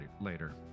later